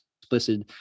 explicit